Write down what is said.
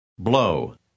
Blow